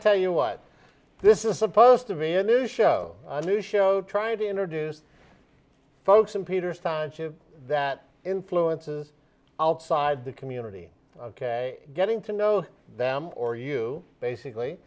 tell you what this is supposed to be a new show a new show trying to introduce folkson peter sanchia that influences outside the community getting to know them or you basically